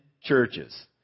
churches